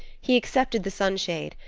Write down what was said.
he accepted the sunshade,